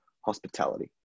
hospitality